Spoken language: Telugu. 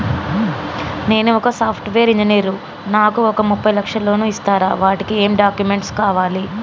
నేను ఒక సాఫ్ట్ వేరు ఇంజనీర్ నాకు ఒక ముప్పై లక్షల లోన్ ఇస్తరా? వాటికి ఏం డాక్యుమెంట్స్ కావాలి?